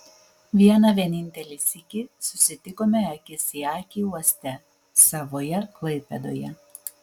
vieną vienintelį sykį susitikome akis į akį uoste savoje klaipėdoje